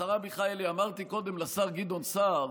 השרה מיכאלי, אמרתי קודם לשר גדעון סער